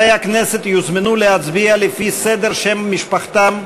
חברי הכנסת יוזמנו להצביע לפי סדר שם משפחתם,